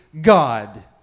God